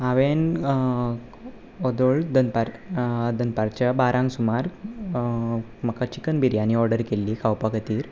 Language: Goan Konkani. हांवें व्हदोळ दनपार दनपारच्या बारांक सुमार म्हाका चिकन बिर्यानी ऑर्डर केल्ली खावपा खातीर